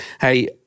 Hey